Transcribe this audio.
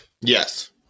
Yes